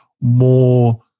more